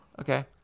Okay